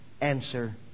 answer